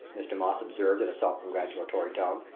mr. moss observed in a self-congratulatory tone.